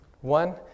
One